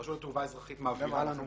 רשות התעופה האזרחית מעבירה לנו.